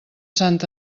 sant